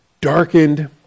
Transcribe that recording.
darkened